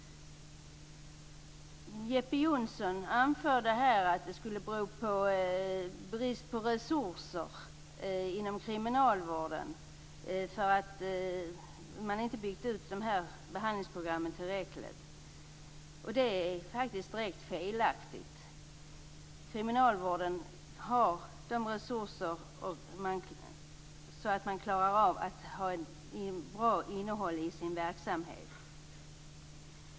Jeppe Johnsson anförde här att det skulle bero på brist på resurser att kriminalvården inte har byggt upp dessa behandlingsprogram tillräckligt. Detta är direkt felaktigt. Kriminalvården har de resurser som behövs för att klara av att ha ett bra innehåll i sin verksamhet.